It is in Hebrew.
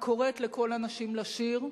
הקוראת לכל הנשים לשיר,